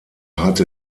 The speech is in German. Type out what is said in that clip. hatte